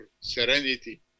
serenity